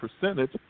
percentage